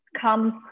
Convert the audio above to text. comes